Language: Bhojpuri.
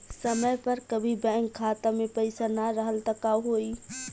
समय पर कभी बैंक खाता मे पईसा ना रहल त का होई?